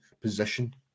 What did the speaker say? position